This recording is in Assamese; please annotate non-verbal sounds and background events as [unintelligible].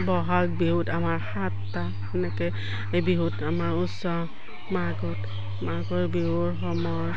বহাগ বিহুত আমাৰ সাতটা সেনেকে এই বিহুত আমাৰ [unintelligible] মাঘত মাঘৰ বিহুৰ সময়ৰ